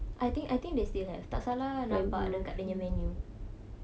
I think I think they still have tak salah nampak dekat menu menu